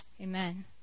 Amen